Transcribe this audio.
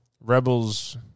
Rebels